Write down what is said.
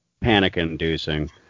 Panic-inducing